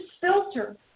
filter